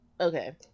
okay